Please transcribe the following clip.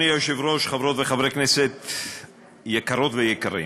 אדוני היושב-ראש, חברות וחברי כנסת יקרות ויקרים,